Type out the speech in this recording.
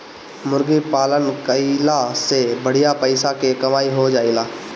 मुर्गी पालन कईला से बढ़िया पइसा के कमाई हो जाएला